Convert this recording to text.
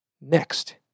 Next